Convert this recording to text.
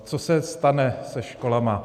Co se stane se školami?